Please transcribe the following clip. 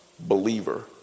believer